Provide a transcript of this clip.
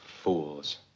fools